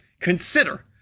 consider